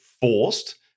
forced